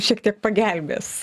šiek tiek pagelbės